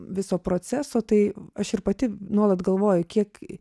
viso proceso tai aš ir pati nuolat galvoju kiek